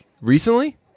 Recently